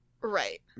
right